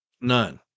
None